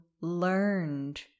learned